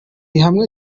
ihame